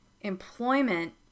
employment